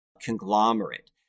conglomerate